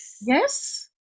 Yes